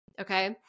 okay